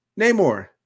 Namor